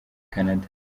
canada